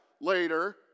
later